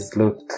look